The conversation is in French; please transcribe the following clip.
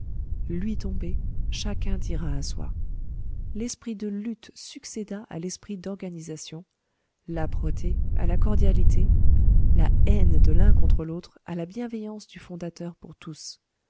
lui tombé chacun tira à soi l'esprit de lutte succéda à l'esprit d'organisation l'âpreté à la cordialité la haine de l'un contre l'autre à la bienveillance du fondateur pour tous